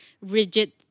rigid